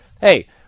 hey